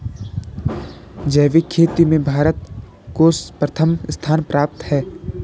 जैविक खेती में भारत को प्रथम स्थान प्राप्त है